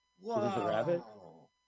Whoa